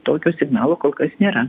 tokio signalo kol kas nėra